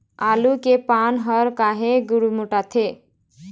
आलू के पान हर काहे गुरमुटाथे?